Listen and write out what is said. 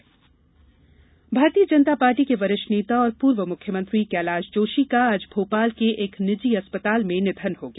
जोशी निधन भारतीय जनता पार्टी के वरिष्ठ नेता और पूर्व मुख्यमंत्री कैलाश जोशी का आज भोपाल के एक निजी अस्पताल में निधन हो गया